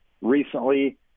recently